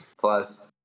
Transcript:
plus